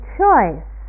choice